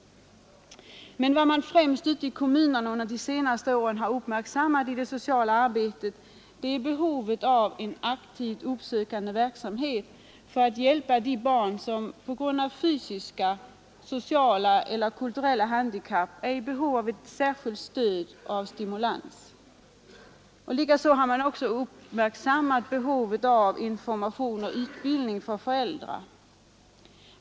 Men vad man främst ute i kommunerna de senaste åren har uppmärksammat i det sociala arbetet är behovet av en aktivt uppsökande verksamhet för att hjälpa de barn som på grund av fysiska, sociala eller kulturella handikapp är i behov av särskilt stöd och stimulans. Likaså har man uppmärksammat behovet av information och utbildning för föräldrar.